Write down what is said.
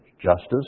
justice